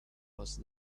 past